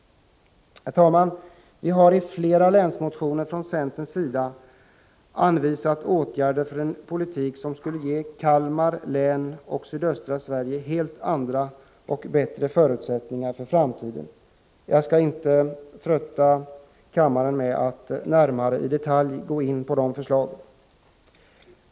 Herr talman! Vi har i flera länsmotioner från centern anvisat åtgärder som skulle ge Kalmar län och sydöstra Sverige helt andra och bättre förutsättningar för framtiden. Jag skall inte trötta kammarens ledamöter med att i detalj gå in på dessa förslag.